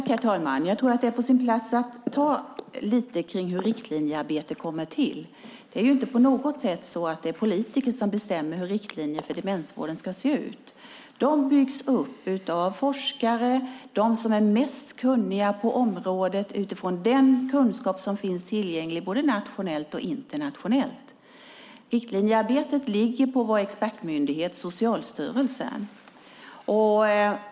Herr talman! Jag tror att det är på sin plats att ta upp något om hur riktlinjearbete går till. Det är inte på något sätt politiker som bestämmer hur riktlinjerna för demensvården ska se ut. De byggs upp av forskare och av dem som är kunnigast på området utifrån den kunskap som finns tillgänglig både nationellt och internationellt. Riktlinjearbetet ligger på vår expertmyndighet Socialstyrelsen.